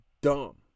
dumb